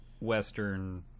Western